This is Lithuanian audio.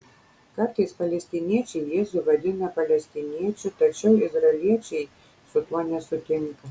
kartais palestiniečiai jėzų vadina palestiniečiu tačiau izraeliečiai su tuo nesutinka